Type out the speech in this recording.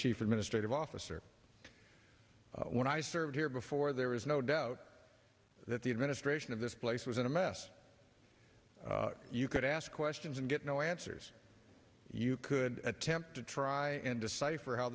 chief administrative officer when i served here before there is no doubt that the administration of this place was in a mess you could ask questions and get no answers you could attempt to try and decipher how